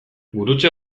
gurutze